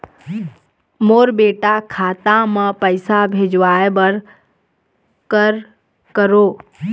मोर बेटा खाता मा पैसा भेजवाए बर कर करों?